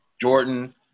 Jordan